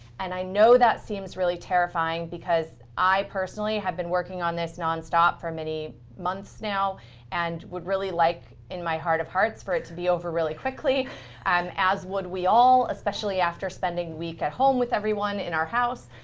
and i know that seems really terrifying, because i personally have been working on this nonstop for many months now and would really like, in my heart of hearts, for it to be over really quickly, and um as would we all, especially after spending week at home with everyone in our house.